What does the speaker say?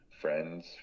friends